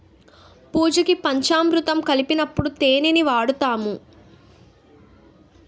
పూజకి పంచామురుతం కలిపినప్పుడు తేనిని వాడుతాము